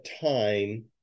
time